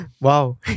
wow